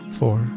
four